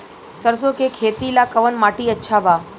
सरसों के खेती ला कवन माटी अच्छा बा?